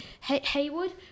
Haywood